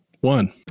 one